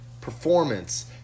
performance